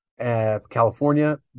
California